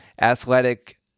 athletic